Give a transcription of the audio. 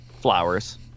flowers